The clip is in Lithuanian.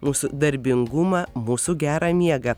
mūsų darbingumą mūsų gerą miegą